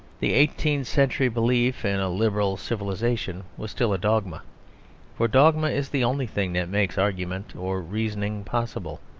the eighteenth-century belief in a liberal civilisation was still a dogma for dogma is the only thing that makes argument or reasoning possible.